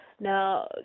Now